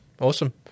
Awesome